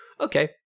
Okay